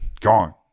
gone